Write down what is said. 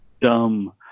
dumb